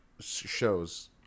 shows